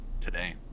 today